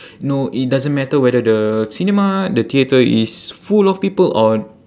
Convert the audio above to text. no it doesn't matter whether the cinema the theater is full of people or